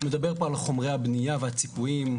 מדבר פה על חומרי הבנייה והציפויים,